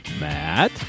Matt